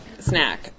snack